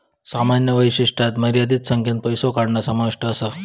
सामान्य वैशिष्ट्यांत मर्यादित संख्येन पैसो काढणा समाविष्ट असा